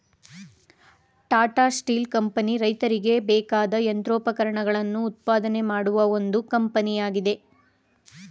Tata steel company ರೈತರಿಗೆ ಬೇಕಾದ ಯಂತ್ರೋಪಕರಣಗಳನ್ನು ಉತ್ಪಾದನೆ ಮಾಡುವ ಒಂದು ಕಂಪನಿಯಾಗಿದೆ